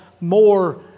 more